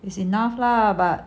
is enough lah but